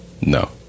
No